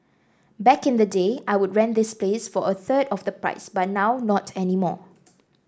back in the day I would rent this place for a third of the price but now not anymore